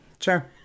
Sure